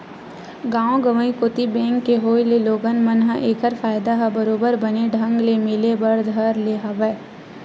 गाँव गंवई कोती बेंक के होय ले लोगन मन ल ऐखर फायदा ह बरोबर बने ढंग ले मिले बर धर ले हवय